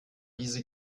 diese